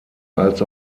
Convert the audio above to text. als